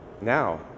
now